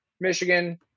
Michigan